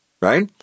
right